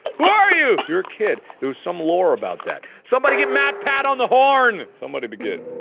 who are you? you're a kid. there was some lore about that somebody get matpat on the horn somebody but get,